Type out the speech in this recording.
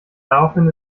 daraufhin